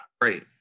great